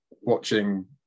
watching